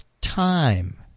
time